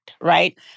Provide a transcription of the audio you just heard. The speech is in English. right